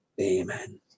Amen